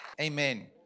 Amen